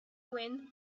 wind